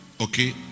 Okay